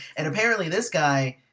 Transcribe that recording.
and apparently this guy.